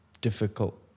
difficult